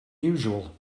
usual